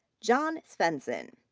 john svendsen.